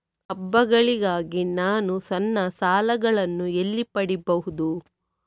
ಹಬ್ಬಗಳಿಗಾಗಿ ನಾನು ಸಣ್ಣ ಸಾಲಗಳನ್ನು ಎಲ್ಲಿ ಪಡಿಬಹುದು?